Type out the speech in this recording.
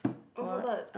oh forgot